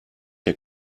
der